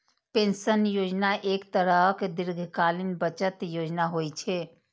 pension योजना एक तरहक दीर्घकालीन बचत योजना होइ छै